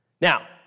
Now